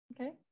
Okay